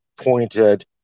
pointed